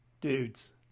Dudes